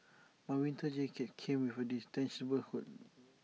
my winter jacket came with A detachable hood